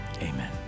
Amen